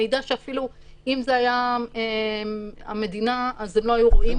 מידע שאם זאת הייתה המדינה אפילו לא היו רואים אותו.